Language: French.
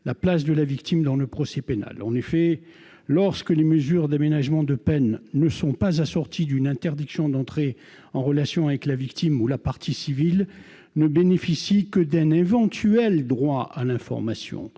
partie de la doctrine juridique- Léa Castellon, «[...] Lorsque les mesures d'aménagement de peine ne sont pas assorties d'une interdiction d'entrer en relation avec la victime ou la partie civile ne bénéficie que d'un éventuel droit à l'information.